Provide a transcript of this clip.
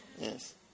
Yes